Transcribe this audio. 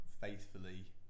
faithfully